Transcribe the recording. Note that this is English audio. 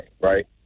right